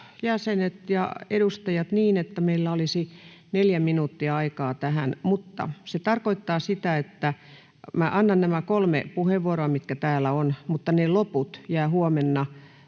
jäsenet ja edustajat, niin, että meillä olisi neljä minuuttia aikaa tähän, ja se tarkoittaa sitä, että minä annan nämä kolme puheenvuoroa, mitkä täällä ovat, mutta ne loput jäävät